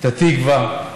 את התקווה,